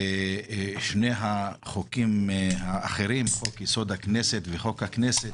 ושני החוקים האחרים, חוק יסוד: הכנסת וחוק הכנסת